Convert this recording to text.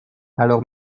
alors